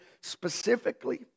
specifically